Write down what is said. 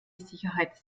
sicherheit